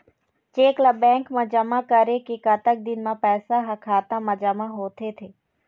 Cheque ला bank मा जमा करे के कतक दिन मा पैसा हा खाता मा जमा होथे थे?